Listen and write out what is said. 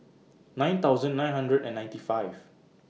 nine thousand nine hundred and ninety five